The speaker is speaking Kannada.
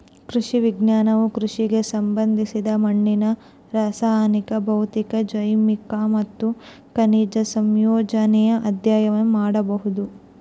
ಕೃಷಿ ವಿಜ್ಞಾನವು ಕೃಷಿಗೆ ಸಂಬಂಧಿಸಿದ ಮಣ್ಣಿನ ರಾಸಾಯನಿಕ ಭೌತಿಕ ಜೈವಿಕ ಮತ್ತು ಖನಿಜ ಸಂಯೋಜನೆ ಅಧ್ಯಯನ ಮಾಡೋದು